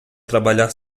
trabalhar